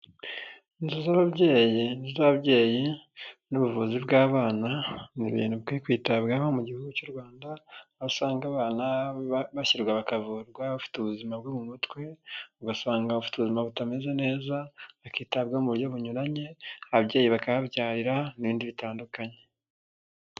Inzu z'ababyeyi, inzu z'ababyeyi n'ubuvuzi bw'abana ni ibintu bikwiye kwitabwaho mu gihugu cy'u Rwanda, aho usanga abana barwara, bakavurwa bafite ubuzima bwo mu mutwe, ugasanga ubuzima butameze neza, bakitabwaho mu buryo bunyuranye, ababyeyi bakahabyarira n'ibindi bitandukanye.